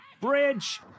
Bridge